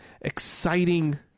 exciting